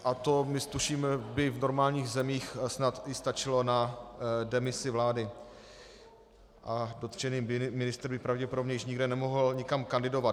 A to tuším by v normálních zemích snad i stačilo na demisi vlády a dotčený ministr by pravděpodobně již nikdy nemohl nikam kandidovat.